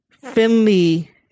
finley